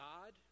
God